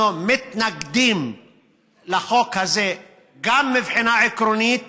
אנחנו מתנגדים לחוק הזה גם מבחינה עקרונית